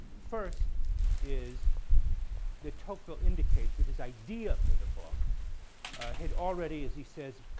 first is that tocqueville indicates that his idea for the book had already, as he says,